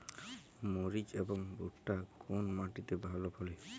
মরিচ এবং ভুট্টা কোন মাটি তে ভালো ফলে?